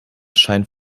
scheint